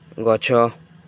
ଗଛ